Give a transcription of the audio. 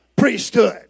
Priesthood